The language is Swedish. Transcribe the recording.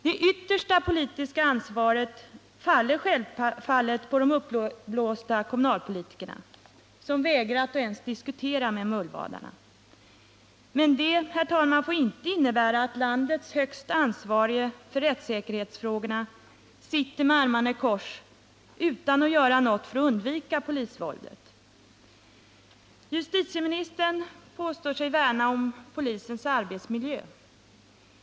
Det yttersta politiska ansvaret faller självfallet på de uppblåsta kommunalpolitikerna, som vägrat att ens diskutera med mullvadarna. Men detta får inte innebära att landets högste ansvarige för rättssäkerhetsfrågorna sitter med armarna i kors utan att göra något för att undvika polisvåldet. Justitieministern påstår sig värna om polisens arbetsmiljö.